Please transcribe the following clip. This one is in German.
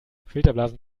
filterblasen